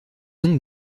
donc